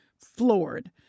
floored